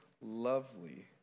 lovely